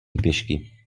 pěšky